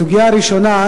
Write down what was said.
הסוגיה הראשונה,